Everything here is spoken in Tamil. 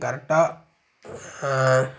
கரெட்டாக